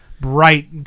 bright